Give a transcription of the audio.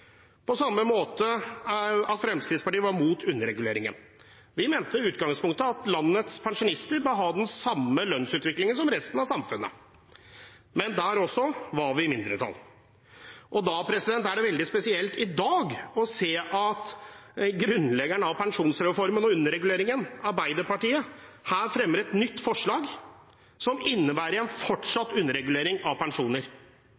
På samme måte var Fremskrittspartiet imot underreguleringen. Vi mente i utgangspunktet at landets pensjonister bør ha den samme lønnsutviklingen som resten av samfunnet, men også der var vi i mindretall. Da er det veldig spesielt i dag å se at grunnleggeren av pensjonsreformen og underreguleringen, Arbeiderpartiet, her fremmer et nytt forslag, som innebærer en